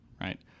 right